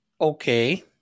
Okay